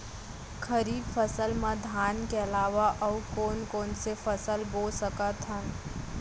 खरीफ फसल मा धान के अलावा अऊ कोन कोन से फसल बो सकत हन?